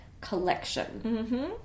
Collection